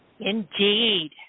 Indeed